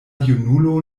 junulo